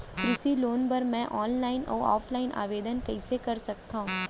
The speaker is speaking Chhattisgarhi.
कृषि लोन बर मैं ऑनलाइन अऊ ऑफलाइन आवेदन कइसे कर सकथव?